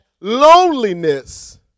loneliness